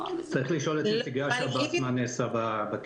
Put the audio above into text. צריך לשאול את נציגי השב"ס מה נעשה בכלא.